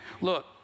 Look